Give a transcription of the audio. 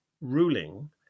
ruling